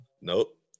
Nope